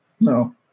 no